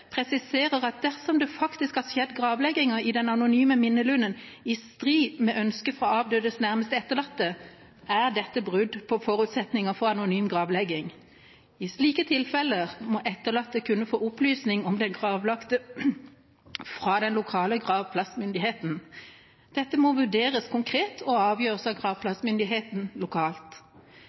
presiserer at dersom det faktisk har skjedd gravlegginger i den anonyme minnelunden i strid med ønsket fra avdødes nærmeste etterlatte, er dette brudd på forutsetningene for anonym gravlegging. I slike tilfeller må etterlatte kunne få opplysninger om den gravlagte fra den lokale gravplassmyndigheten. Dette må vurderes konkret og avgjøres av gravplassmyndigheten lokalt.